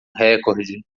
recorde